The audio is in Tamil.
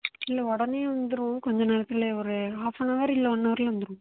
இல்லை உடனே வந்துடுவோம் கொஞ்ச நேரத்துலயே ஒரு ஆஃப் அன்ட் ஹவர் இல்லை ஒன் ஹவரில் வந்துவிடுவோம்